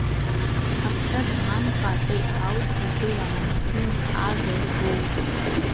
अब त धान काटे आउर पिटे वाला मशीन आ गयल हौ